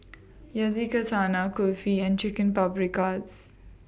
Yakizakana Kulfi and Chicken Paprikas